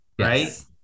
Right